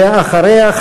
ואחריה,